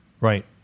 Right